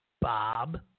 Bob